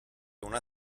una